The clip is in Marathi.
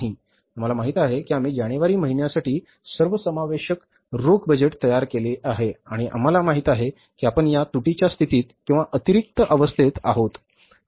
आम्हाला माहित आहे की आम्ही जानेवारी महिन्यासाठी सर्वसमावेशक रोख बजेट तयार केले आहे आणि आम्हाला माहित आहे की आपण या तुटीच्या स्थितीत किंवा अतिरिक्त अवस्थेत आहोत